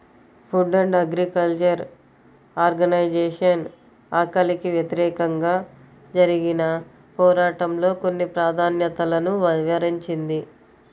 food and agriculture organization ఆకలికి వ్యతిరేకంగా జరిగిన పోరాటంలో కొన్ని ప్రాధాన్యతలను వివరించింది